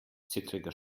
zittriger